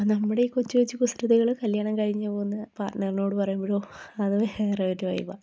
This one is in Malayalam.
അപ്പോള് നമ്മുടെ ഈ കൊച്ചു കൊച്ചു കുസൃതികള് കല്യാണം കഴിഞ്ഞു പോകുന്ന പാട്ട്ണറിനോട് പറയുമ്പോഴോ അത് വേറൊരു വൈബാണ്